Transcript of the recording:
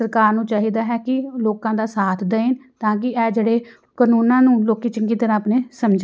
ਸਰਕਾਰ ਨੂੰ ਚਾਹੀਦਾ ਹੈ ਕਿ ਲੋਕਾਂ ਦਾ ਸਾਥ ਦੇਣ ਤਾਂ ਕਿ ਇਹ ਜਿਹੜੇ ਕਾਨੂੰਨਾਂ ਨੂੰ ਲੋਕ ਚੰਗੀ ਤਰ੍ਹਾਂ ਆਪਣੇ ਸਮਝ